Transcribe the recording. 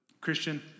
Christian